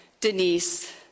Denise